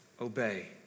Obey